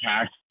tax